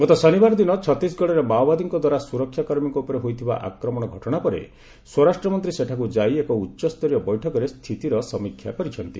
ଗତ ଶନିବାର ଦିନ ଛତିଶଗଡରେ ମାଓବାଦୀଙ୍କ ଦ୍ୱାରା ସୁରକ୍ଷା କର୍ମୀଙ୍କ ଉପରେ ହୋଇଥିବା ଆକ୍ରମଣ ଘଟଣା ପରେ ସ୍ୱରାଷ୍ଟ୍ରମନ୍ତ୍ରୀ ସେଠାକୁ ଯାଇ ଏକ ଉଚ୍ଚସ୍ତରୀୟ ବୈଠକରେ ସ୍ଥିତିର ସମୀକ୍ଷା କରିଛନ୍ତି